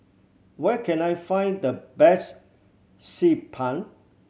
where can I find the best Xi Ban